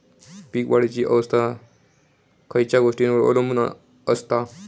पीक वाढीची अवस्था खयच्या गोष्टींवर अवलंबून असता?